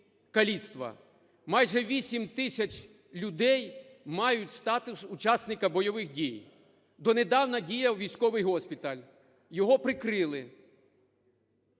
майже 8 тисяч людей мають статус учасника бойових дій. Донедавна діяв військовий госпіталь. Його прикрили.